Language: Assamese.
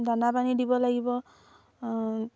দানা পানী দিব লাগিব